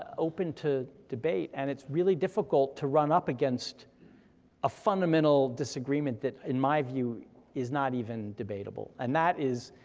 open to debate, and it's really difficult to run up against a fundamental disagreement that in my view is not even debatable. and that is